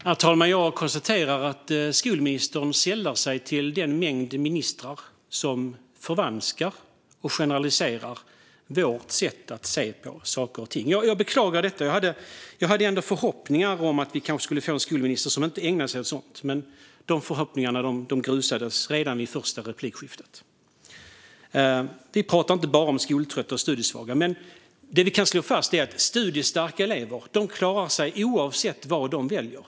Herr talman! Jag konstaterar att skolministern sällar sig till den mängd ministrar som förvanskar och generaliserar vårt sätt att se på saker och ting. Jag beklagar detta. Jag hade ändå förhoppningar om att vi kanske skulle få en skolminister som inte ägnade sig åt sådant, men de förhoppningarna grusades redan i det första replikskiftet. Vi pratar inte bara om skoltrötta och studiesvaga. Men det vi kan slå fast är att studiestarka elever klarar sig oavsett vad de väljer.